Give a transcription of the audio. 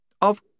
Of